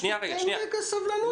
עוד קצת סבלנות.